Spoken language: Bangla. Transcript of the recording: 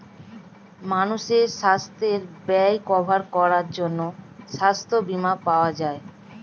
মানুষের সাস্থের ব্যয় কভার করার জন্যে সাস্থ বীমা পাওয়া যায়